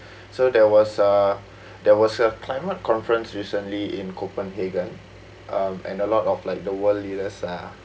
so there was a there was a climate conference recently in copenhagen um and a lot of like the world leaders are